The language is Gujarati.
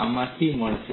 આમાંથી મળશે